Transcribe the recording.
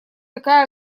такая